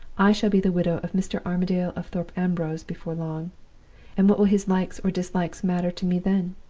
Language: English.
i shall be the widow of mr. armadale of thorpe ambrose before long and what will his likes or dislikes matter to me then?